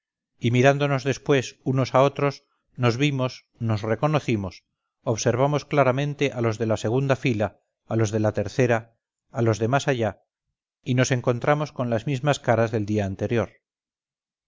y mirándonos después unos a otros nos vimos nos reconocimos observamos claramente a los de la segunda fila a los de la tercera a los de más allá y nos encontramos con las mismas caras del día anterior